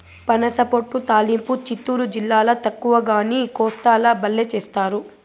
పనసపొట్టు తాలింపు చిత్తూరు జిల్లాల తక్కువగానీ, కోస్తాల బల్లే చేస్తారు